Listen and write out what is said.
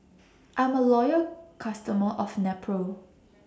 I'm A Loyal customer of Nepro